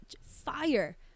fire